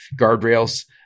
guardrails